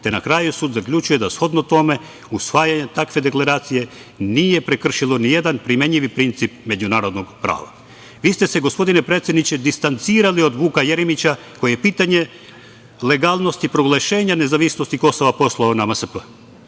te na kraju sud zaključuje da shodno tome usvajanjem takve deklaracije nije prekršilo nijedan primenjivi princip međunarodnog prava. Vi ste se gospodine predsedniče distancirali od Vuka Jeremića koji je pitanje legalnosti proglašenja nezavisnosti Kosova poslao na MSP,